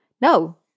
No